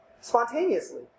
spontaneously